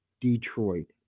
Detroit